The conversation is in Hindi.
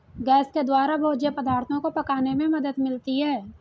गैस के द्वारा भोज्य पदार्थो को पकाने में मदद मिलती है